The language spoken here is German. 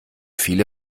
viele